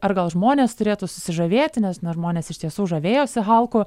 ar gal žmonės turėtų susižavėti nes na žmonės iš tiesų žavėjosi halku